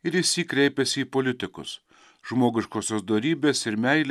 ir išsyk kreipiasi į politikus žmogiškosios dorybės ir meilė